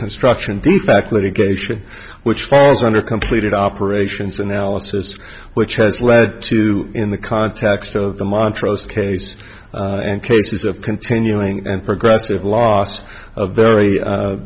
construction defect litigation which falls under completed operations analysis which has led to in the context of the montrose case and cases of continuing and progressive loss of very